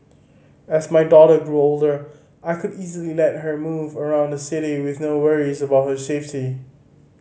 as my daughter grew older I could easily let her move around the city with no worries about her safety